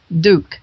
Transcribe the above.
Duke